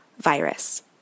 virus